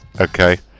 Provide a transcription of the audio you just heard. Okay